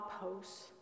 posts